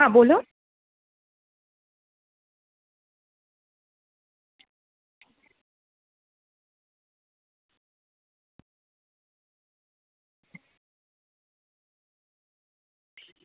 હા બોલો